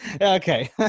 okay